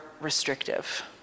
restrictive